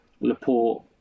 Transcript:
Laporte